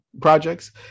projects